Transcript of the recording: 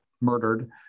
murdered